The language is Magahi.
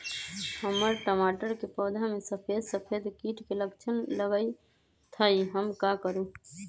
हमर टमाटर के पौधा में सफेद सफेद कीट के लक्षण लगई थई हम का करू?